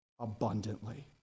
abundantly